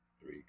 three